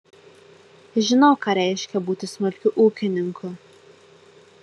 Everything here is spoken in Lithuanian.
žinau ką reiškia būti smulkiu ūkininku